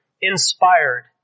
inspired